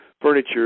furniture